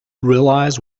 realize